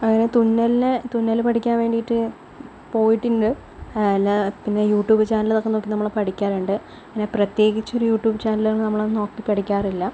അതിന് തുന്നലിനെ തുന്നല് പഠിക്കാൻ വേണ്ടീട്ട് പോയിട്ടുണ്ട് അല്ല പിന്നെ യൂട്യൂബ് ചാനലൊക്കെ നോക്കിയിട്ട് നമ്മൾ പഠിക്കാറുണ്ട് പിന്നെ പ്രത്യേകിച്ച് ഒരു യൂട്യൂബ് ചാനല് നമ്മള് നോക്കി പഠിക്കാറില്ല